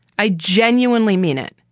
i genuinely mean it.